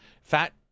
fat